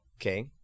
Okay